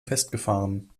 festgefahren